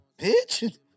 Bitch